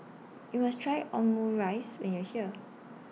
YOU must Try Omurice when YOU Are here